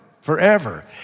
forever